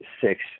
six